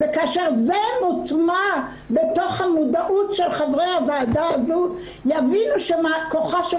כאשר זה יוטמע בתוך המודעות של חברי הוועדה הזו יבינו שדינה של